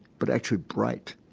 but actually bright.